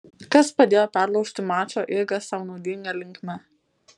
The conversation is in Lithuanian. kas padėjo perlaužti mačo eigą sau naudinga linkme